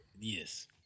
Yes